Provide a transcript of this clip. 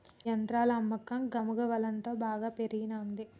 గీ యంత్రాల అమ్మకం గమగువలంతో బాగా పెరిగినంది